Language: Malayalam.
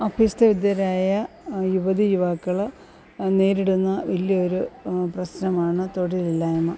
അഭ്യസ്തവിദ്യരായ യുവതി യുവാക്കൾ നേരിടുന്ന വലിയ ഒരു പ്രശ്നമാണ് തൊഴിലില്ലായ്മ